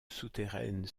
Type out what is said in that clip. souterraine